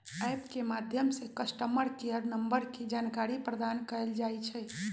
app के माध्यम से कस्टमर केयर नंबर के जानकारी प्रदान कएल जाइ छइ